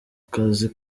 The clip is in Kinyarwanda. akazi